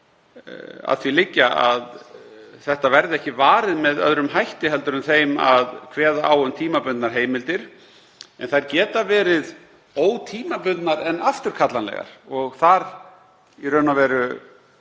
að því liggja að það verði ekki varið með öðrum hætti en þeim að kveða á um tímabundnar heimildir. En þær geta verið ótímabundnar en afturkallanlegar. Það er í raun og veru